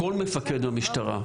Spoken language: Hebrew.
כל מפקד במשטרה,